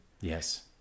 Yes